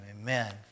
Amen